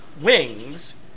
wings